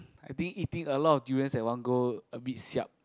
I think eating a lot durians at one go a bit siap